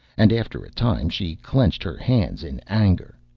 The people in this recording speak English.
and after a time she clenched her hands in anger.